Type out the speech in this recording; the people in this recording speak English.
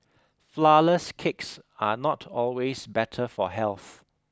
flourless cakes are not always better for health